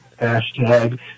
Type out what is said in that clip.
Hashtag